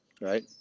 Right